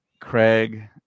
Craig